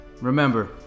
Remember